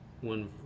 one